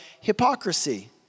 hypocrisy